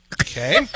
Okay